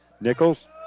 Nichols